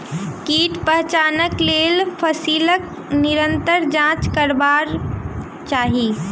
कीट पहचानक लेल फसीलक निरंतर जांच करबाक चाही